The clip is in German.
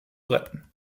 retten